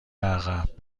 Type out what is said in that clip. عقب